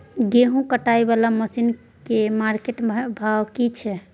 गेहूं कटाई वाला मसीन के मार्केट भाव की छै?